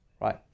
Right